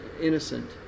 innocent